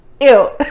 ew